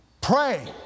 Pray